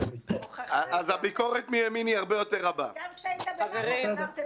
ולכן, שוב, הדברים כן נידונים ברמת הדרג המדיני,